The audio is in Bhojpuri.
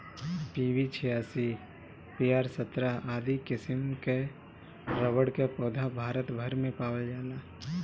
पी.बी छियासी, पी.आर सत्रह आदि किसिम कअ रबड़ कअ पौधा भारत भर में पावल जाला